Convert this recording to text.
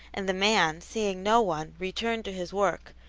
and the man, seeing no one, returned to his work,